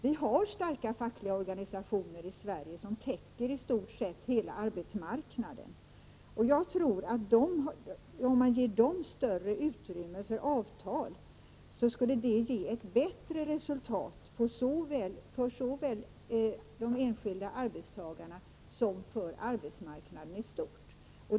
Vi har starka fackliga organisationer i Sverige som täcker i stort sett hela arbetsmarknaden. Jag tror att om man ger dem större utrymme för avtal, skulle det ge ett bättre resultat såväl för de enskilda som för arbetsmarknaden istort.